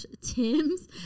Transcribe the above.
Tim's